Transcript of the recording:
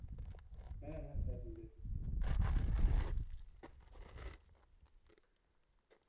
ᱦᱮᱸ ᱦᱮᱸ ᱥᱟᱦᱮᱵᱤᱧ ᱞᱟᱹᱭ ᱫᱟ